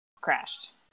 crashed